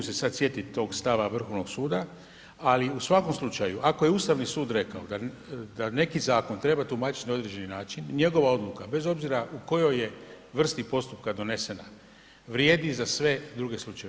ne mogu se sad sjetit tog stava Vrhovnog suda ali u svakom slučaju, ako je Ustavni sud rekao da neki zakon treba tumačit na određeni način, njegova odluka bez obzira u kojoj je vrsti postupka donesen, vrijedi za sve druge slučajeve.